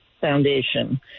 foundation